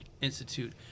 institute